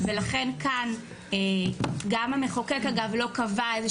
ולכן כאן גם המחוקק אגב לא קבע איזה